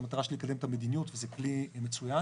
המטרה שלי לקדם את המדיניות וזה כלי מצוין.